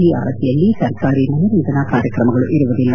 ಈ ಅವಧಿಯಲ್ಲಿ ಸರ್ಕಾರಿ ಮನರಂಜನ ಕಾರ್ಯಕ್ರಮಗಳು ಇರುವುದಿಲ್ಲ